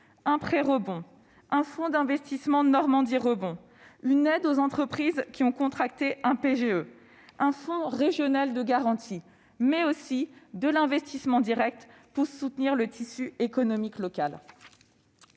un prêt rebond, un fonds d'investissement « Normandie Rebond », une aide aux entreprises qui ont contracté un prêt garanti par l'État (PGE), un fonds régional de garantie, mais aussi de l'investissement direct pour soutenir le tissu économique local.